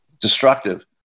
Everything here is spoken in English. destructive